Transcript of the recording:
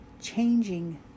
changing